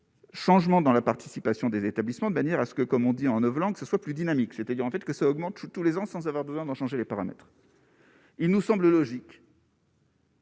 changement dans la participation des établissements, de manière à ce que, comme on dit en novlangue ce soit plus dynamique, c'est-à-dire en fait que ça augmente tous les ans, sans avoir besoin d'en changer les paramètres, il nous semble logique.